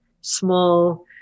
small